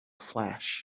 flash